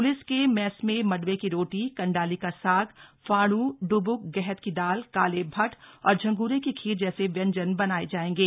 police के mess में मंडवे की रोटी कंडाली का साग फाणू डुबुक गहत की दाल काले भट्ट और झंगोरे की खीर जैसे व्यंजन बनाये जाएंगे